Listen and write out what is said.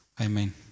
Amen